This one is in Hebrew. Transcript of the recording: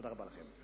תודה רבה לכם.